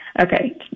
Okay